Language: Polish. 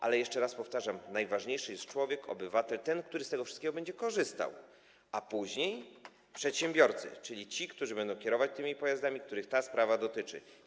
Ale jeszcze raz powtarzam: najważniejszy jest człowiek, obywatel, ten, który z tego wszystkiego będzie korzystał, a później przedsiębiorcy, czyli ci, którzy będą kierować tymi pojazdami, których ta sprawa dotyczy.